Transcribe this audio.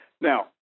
Now